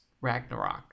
Ragnarok